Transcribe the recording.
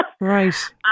Right